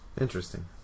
Interesting